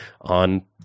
on